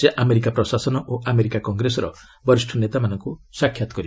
ସେ ଆମେରିକା ପ୍ରଶାସନ ଓ ଆମେରିକା କଂଗ୍ରେସର ବରିଷ୍ଣ ନେତାମାନଙ୍କୁ ସାକ୍ଷାତ୍ କରିବେ